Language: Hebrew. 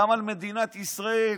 גם על מדינת ישראל,